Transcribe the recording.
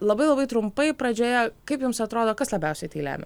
labai labai trumpai pradžioje kaip jums atrodo kas labiausiai tai lemia